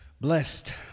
Blessed